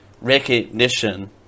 recognition